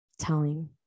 telling